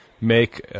make